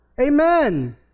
Amen